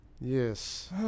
Yes